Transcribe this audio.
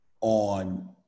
on